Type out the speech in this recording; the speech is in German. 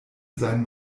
sein